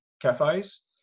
cafes